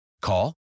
Call